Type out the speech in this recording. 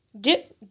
Get